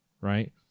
right